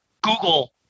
Google